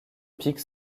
pic